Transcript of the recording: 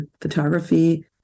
photography